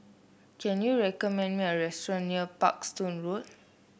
can you recommend me a restaurant near Parkstone Road